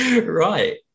right